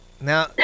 Now